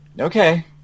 Okay